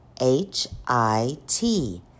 H-I-T